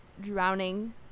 drowning